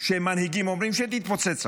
שהמנהיגים אומרים: שתתפוצץ המדינה,